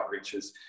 outreaches